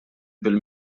bil